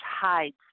hides